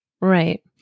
Right